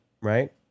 Right